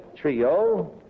Trio